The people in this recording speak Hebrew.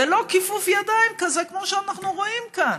זה לא כיפוף ידיים כזה כמו שאנחנו רואים כאן,